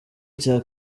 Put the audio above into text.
cya